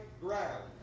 ground